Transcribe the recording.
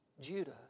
Judah